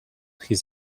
his